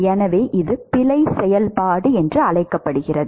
எனவே இது பிழை செயல்பாடு என்று அழைக்கப்படுகிறது